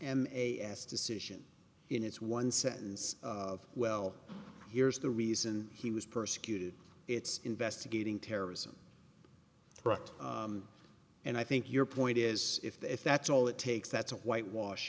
and a as decision in its one sentence of well here's the reason he was persecuted it's investigating terrorism and i think your point is if the if that's all it takes that's a whitewash